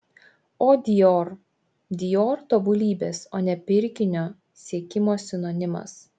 o dior dior tobulybės o ne pirkinio siekimo sinonimas